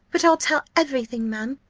but i'll tell every thing, ma'am,